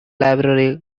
library